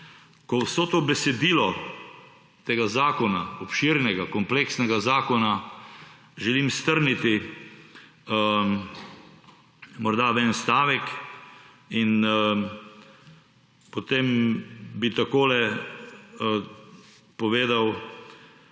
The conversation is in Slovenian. Ko vse to besedilo tega zakona, obširnega, kompleksnega zakona želim strniti morda v en stavek in potem bi takole povedal: